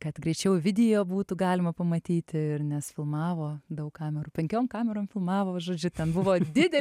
kad greičiau video būtų galima pamatyti ir nes filmavo daug kamerų penkiom kamerom filmavo žodžiu ten buvo dideli